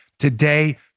Today